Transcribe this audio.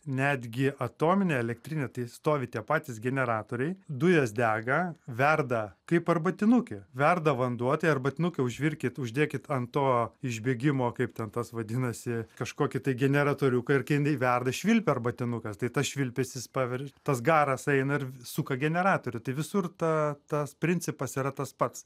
netgi atominė elektrinė tai stovi tie patys generatoriai dujos dega verda kaip arbatinuke verda vanduo tai arbatinuke užvirkit uždėkit ant to išbėgimo kaip ten tas vadinasi kažkokį tai generatoriuką ir kai jinai verda švilpia arbatinukas tai tas švilpesys paver tas garas eina ir suka generatorių tai visur tą tas principas yra tas pats